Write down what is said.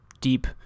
deep